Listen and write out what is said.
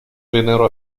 vennero